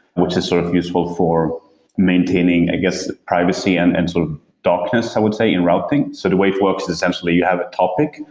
which is sort of useful for maintaining, i guess, privacy and and sort of darkness i would say in routing. the sort of way it works is essentially you have a topic,